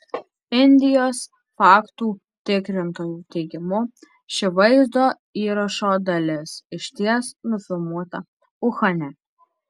indijos faktų tikrintojų teigimu ši vaizdo įrašo dalis išties nufilmuota uhane